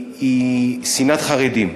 הם שנאת חרדים.